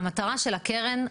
המטרה של הקרן,